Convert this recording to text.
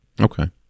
Okay